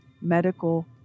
medical